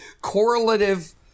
Correlative